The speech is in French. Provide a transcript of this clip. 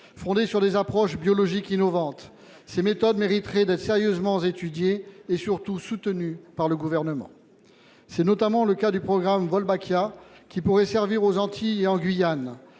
fondées sur des approches biologiques innovantes. Ces méthodes mériteraient d'être sérieusement étudiées et surtout soutenues par le gouvernement. C'est notamment le cas du programme Volbakia qui pourrait servir aux Antilles et en Guyane.